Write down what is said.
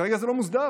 כרגע זה לא מוסדר.